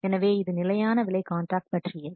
எனவே இது நிலையான விலை காண்ட்ராக்ட் பற்றியது